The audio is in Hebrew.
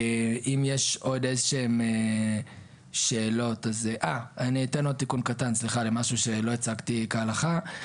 רק אני אתן עוד תיקון קטן למשהו שלא הצגתי כהלכה.